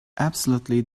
absolutely